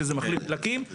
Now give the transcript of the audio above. שזה מחליף דלקים,